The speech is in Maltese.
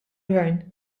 gvern